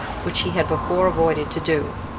which he had before avoided to do,